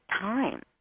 time